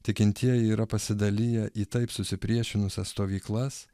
tikintieji yra pasidaliję į taip susipriešinusias stovyklas